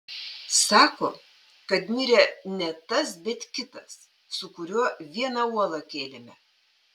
sako kad mirė ne tas bet kitas su kuriuo vieną uolą kėlėme